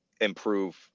improve